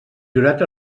jurat